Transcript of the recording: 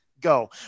Go